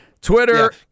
Twitter